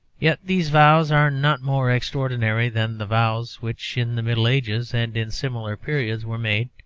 yet these vows are not more extraordinary than the vows which in the middle ages and in similar periods were made,